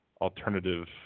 alternative –